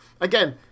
Again